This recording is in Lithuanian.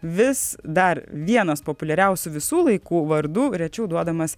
vis dar vienas populiariausių visų laikų vardų rečiau duodamas